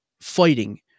fighting